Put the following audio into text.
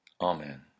Amen